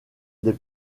des